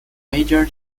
major